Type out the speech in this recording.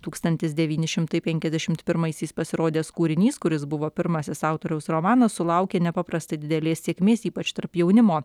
tūkstantis devyni šimtai penkiasdešimt pirmaisiais pasirodęs kūrinys kuris buvo pirmasis autoriaus romanas sulaukė nepaprastai didelės sėkmės ypač tarp jaunimo